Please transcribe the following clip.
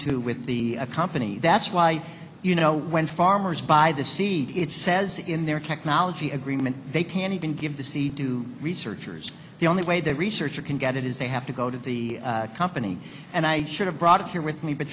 to with the a company that's why you know when farmers buy the seed it says in their technology agreement they can't even give the seed to researchers the only way they were searcher can get it is they have to go to the company and i should have brought it here with me but